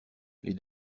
les